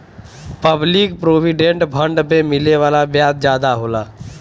public provident fund पे मिले वाला ब्याज जादा होला